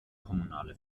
kommunale